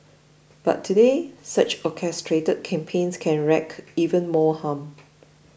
but today such orchestrated campaigns can wreak even more harm